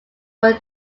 were